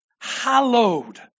Hallowed